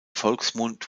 volksmund